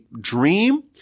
dream